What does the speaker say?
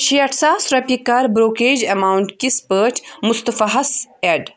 شیٹھ ساس رۄپیہِ کَر بروکریج ایماونٹ کِس پٲٹھۍ مُصطفیٰ ہَس ایڈ